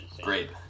Great